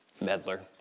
meddler